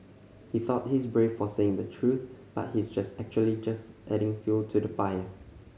he thought he's brave for saying the truth but he's actually just adding fuel to the fire